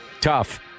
Tough